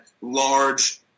large